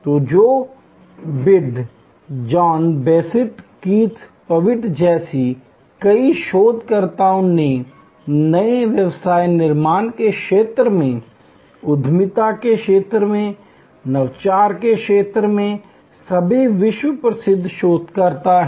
तो Joe Tidd John Bessant Keith Pavitt जैसे कई शोधकर्ता वे नए व्यवसाय निर्माण के क्षेत्र में उद्यमिता के क्षेत्र में नवाचार के क्षेत्र में सभी विश्व प्रसिद्ध शोधकर्ता हैं